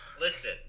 Listen